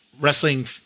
wrestling